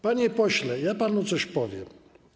Panie pośle, ja panu coś powiem.